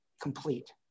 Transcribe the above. complete